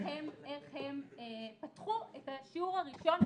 תראו איך הם פתחו את השיעור הראשון,